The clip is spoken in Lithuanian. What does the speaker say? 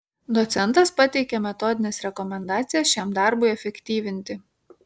docentas pateikė metodines rekomendacijas šiam darbui efektyvinti